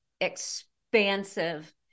expansive